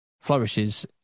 flourishes